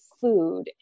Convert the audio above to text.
food